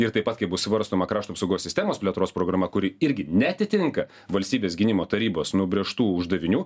ir taip pat kai bus svarstoma krašto apsaugos sistemos plėtros programa kuri irgi neatitinka valstybės gynimo tarybos nubrėžtų uždavinių